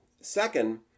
Second